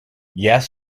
yes